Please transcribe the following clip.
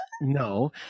No